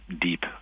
deep